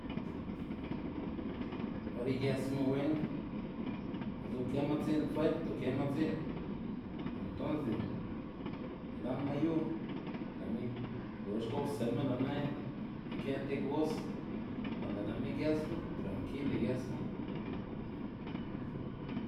or igësma wen, bi'ltsa ukema dzi'n ferte ukema dzi'n entonse ilanma yu lë'ma lox gowstsë'ma lë'ma ikë' ti gos konde lë'ma igësma trankilo igësma.